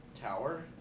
tower